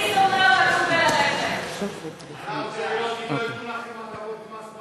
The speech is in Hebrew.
אני רוצה לראות שלא ייתנו לכם הטבות מס,